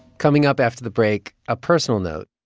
coming up after the break, a personal note.